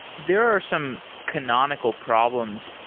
there are some canonical problems,